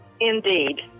Indeed